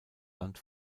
land